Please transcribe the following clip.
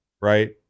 right